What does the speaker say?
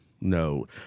No